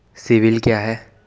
CIBIL क्या है?